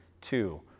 two